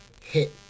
hit